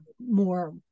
more